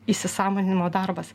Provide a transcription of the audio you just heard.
įsisąmoninimo darbas